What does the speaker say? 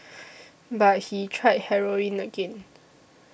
but he tried heroin again